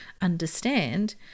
understand